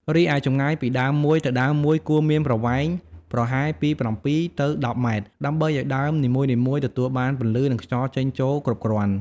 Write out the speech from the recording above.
រីឯចម្ងាយពីដើមមួយទៅដើមមួយគួរមានប្រវែងប្រហែលពី ៧ ទៅ ១០ ម៉ែត្រ ដើម្បីឱ្យដើមនីមួយៗទទួលបានពន្លឺ និងខ្យល់ចេញចូលគ្រប់គ្រាន់។